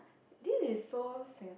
this is so Singaporean~